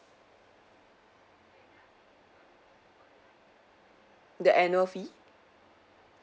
the annual fee